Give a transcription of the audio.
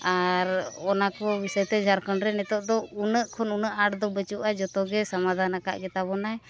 ᱟᱨ ᱚᱱᱟ ᱠᱚ ᱵᱤᱥᱚᱭᱛᱮ ᱡᱷᱟᱲᱠᱷᱚᱸᱰ ᱨᱮ ᱱᱤᱛᱚᱜ ᱫᱚ ᱩᱱᱟᱹᱜ ᱠᱷᱚᱱ ᱩᱱᱟᱹᱜ ᱟᱸᱴ ᱫᱚ ᱵᱟᱹᱪᱩᱜᱼᱟ ᱡᱚᱛᱚᱜᱮ ᱥᱚᱢᱟᱫᱷᱟᱱ ᱟᱠᱟᱫ ᱛᱟᱵᱚᱱ ᱜᱮᱭᱟᱭ